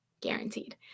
guaranteed